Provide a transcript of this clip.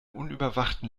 unüberwachten